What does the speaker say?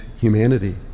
humanity